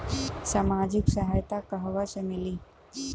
सामाजिक सहायता कहवा से मिली?